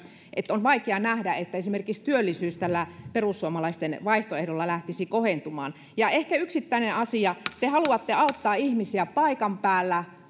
että on vaikea nähdä että esimerkiksi työllisyys tällä perussuomalaisten vaihtoehdolla lähtisi kohentumaan ja ehkä yksittäinen asia te haluatte auttaa ihmisiä paikan päällä